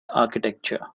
architecture